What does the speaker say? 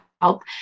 help